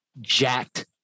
jacked